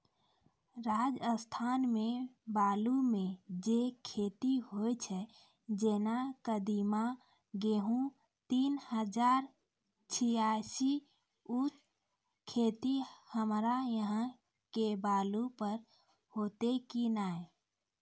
राजस्थान मे बालू मे जे खेती होय छै जेना कदीमा, गेहूँ तीन हजार छियासी, उ खेती हमरा यहाँ के बालू पर होते की नैय?